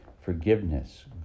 forgiveness